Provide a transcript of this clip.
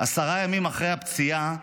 עשרה ימים אחרי הפציעה,